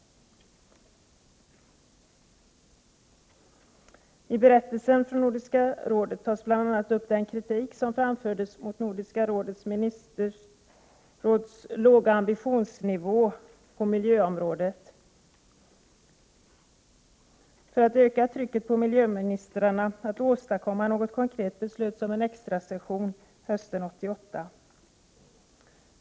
I berättelsen från Nordiska rådet tas bl.a. upp kritiken som framförts mot det Nordiska ministerrådets låga ambitionsnivå på miljöområdet. För att öka trycket på miljöministrarna att åstadkomma något konkret beslöts om en extra session hösten 1988.